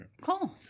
Cool